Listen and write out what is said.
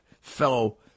fellow